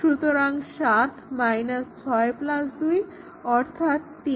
সুতরাং 7 6 2 অর্থাৎ 3